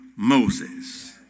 moses